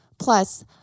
Plus